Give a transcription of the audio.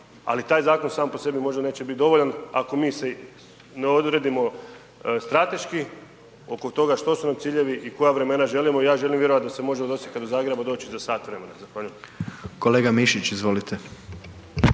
ali taj zakon, sam po sebi možda neće biti dovoljan, ako mi se ne odredimo strateški oko toga što su nam ciljevi i koja vremena želimo. Ja želim vjerovati da se može od Osijeka do Zagreba doći do sat vremena. Zahvaljujem. **Jandroković, Gordan